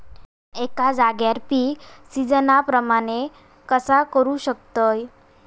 एका जाग्यार पीक सिजना प्रमाणे कसा करुक शकतय?